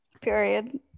Period